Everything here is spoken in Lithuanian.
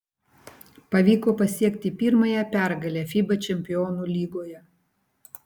pavyko pasiekti pirmąją pergalę fiba čempionų lygoje